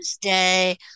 day